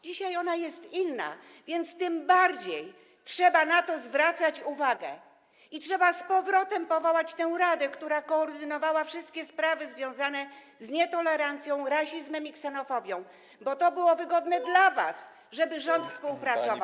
Dzisiaj ona jest inna, więc tym bardziej trzeba na to zwracać uwagę i trzeba z powrotem powołać tę radę, która koordynowała wszystkie sprawy związane z nietolerancją, rasizmem i ksenofobią, bo to byłoby wygodne dla was, żeby rząd współpracował.